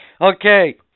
okay